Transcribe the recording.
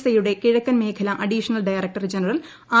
I യുടെ കിഴക്കൻ മേഖല അഡീഷണൽ ഡയറക്ടർ ജനറൽ ആർ